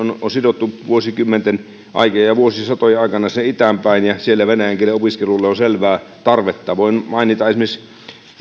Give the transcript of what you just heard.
on sidottu vuosikymmenten ja vuosisatojen aikana itään päin ja siellä venäjän kielen opiskelulle on selvää tarvetta voin mainita että esimerkiksi